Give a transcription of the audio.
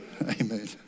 Amen